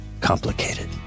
complicated